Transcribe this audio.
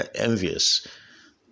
envious